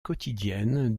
quotidienne